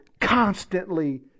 constantly